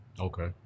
okay